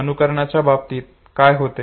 अनुकरणांच्या बाबतीत काय होते